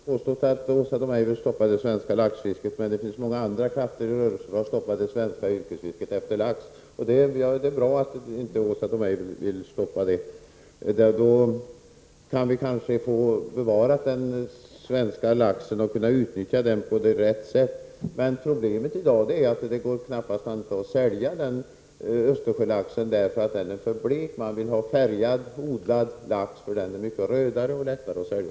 Herr talman! Jag har inte påstått att Åsa Domeij vill stoppa det svenska laxfisket. Det finns emellertid många andra krafter i rörelse för att stoppa det svenska yrkesfisket på lax. Det är bra att Åsa Domeij inte vill stoppa detta fiske. Då kan vi kanske få den svenska laxen bevarad och få möjlighet att utnyttja den på rätt sätt. Problemet i dag är att det knappast går att sälja Östersjölaxen därför att den är för blek. Man vill ha färgad, odlad lax, eftersom den är mycket rödare och lättare att sälja.